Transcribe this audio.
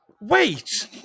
wait